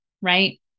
Right